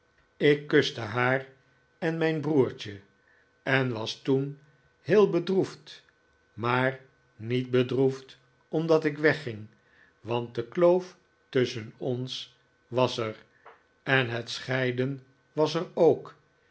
ik kuste haar en mijn broertje en was toen heel bedroefd maar niet bedroefd omdat ik wegging want de kloof tusschen ons was er en het scheiden was er ook